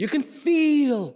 you can see